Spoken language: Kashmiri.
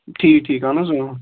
ٹھیٖک ٹھیٖک اہن حظ اۭں